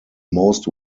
most